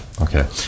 okay